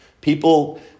people